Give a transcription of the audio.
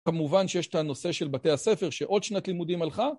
כמובן שיש את הנושא של בתי הספר שעוד שנת לימודים הלכה.